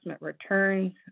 returns